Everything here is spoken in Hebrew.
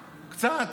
קצת.